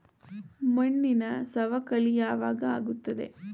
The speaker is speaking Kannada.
ಮಣ್ಣಿನ ಸವಕಳಿ ಯಾವಾಗ ಆಗುತ್ತದೆ?